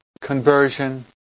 conversion